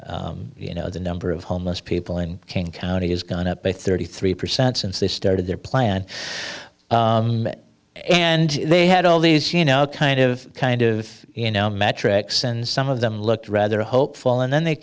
you know the number of homeless people in king county has gone up by thirty three percent since they started their plan and they had all these you know kind of kind of you know metrics and some of them looked rather hopeful and then they